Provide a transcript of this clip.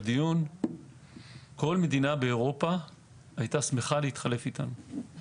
כל מדינה באירופה היתה שמחה להתחלף אתנו,